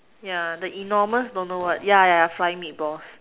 yeah the enormous don't know what yeah yeah yeah flying meatballs